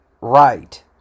right